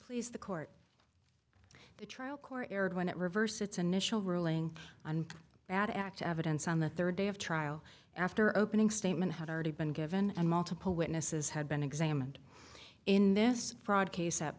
please the court the trial court erred when it reversed its initial ruling on that act evidence on the third day of trial after opening statement had already been given and multiple witnesses had been examined in this fraud case